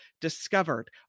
discovered